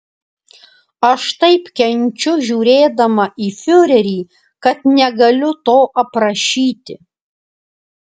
aš taip kenčiu žiūrėdama į fiurerį kad negaliu to aprašyti